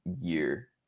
year